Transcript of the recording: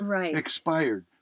expired